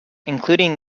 including